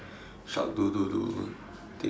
shark do do do thing